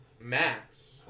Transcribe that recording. Max